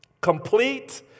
complete